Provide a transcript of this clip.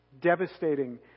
Devastating